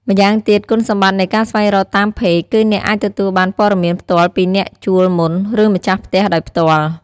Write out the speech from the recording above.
ម្យ៉ាងទៀត គុណសម្បត្តិនៃការស្វែងរកតាម ផេក គឺអ្នកអាចទទួលបានព័ត៌មានផ្ទាល់ពីអ្នកជួលមុន ឬម្ចាស់ផ្ទះដោយផ្ទាល់។